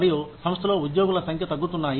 మరియు సంస్థలో ఉద్యోగుల సంఖ్య తగ్గుతున్నాయి